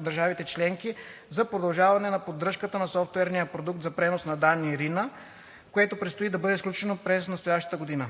държавите членки за продължаване на поддръжката на софтуерния продукт за пренос на данни RINA, което предстои да бъде сключено през настоящата година.